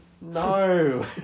No